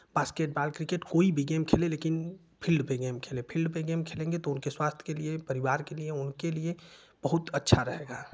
basketball cricket कोई भी game खेलें लेकिन फील्ड पर गेम खेलें फील्ड पर गेम खेलेंगे तो उनके स्वास्थ्य के लिए परिवार के लिए उनके लिए बहुत अच्छा रहेगा